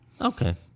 okay